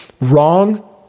wrong